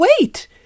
wait